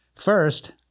First